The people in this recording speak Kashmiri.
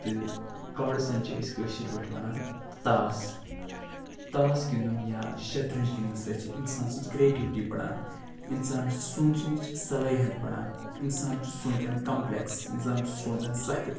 تہٕ کاڑٕسَن چھِ أسۍ کٲشِر پٲٹھۍ وَنان تاس تاس گِنٛدُن یا شطرنج گِنٛدٕنہٕ سۭتۍ چھِ اِنسان سٔنز کریٹیوٗٹی بڑان اِنسانَس چھِ سونچھنٕچ صلٲحت بڑان اِنسان چھُ سونچھان کَمپٕلیکٕس اِنسان چھِ سونچھان سخت